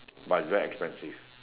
but it's very expensive